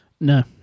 No